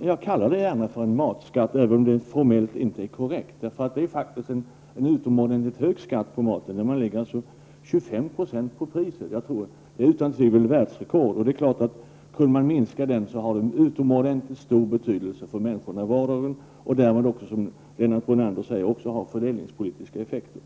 Jag kallar det gärna för matskatt, även om det formellt inte är korrekt. Det är faktiskt en utomordentligt hög skatt på maten; 25 % på priset är utan tvivel ett världsrekord. Kunde man minska den momsen, skulle det ha en utomordentligt stor betydelse för människornas vardag. Som Lennart Brunander säger skulle det även ha fördelningspolitiska effekter.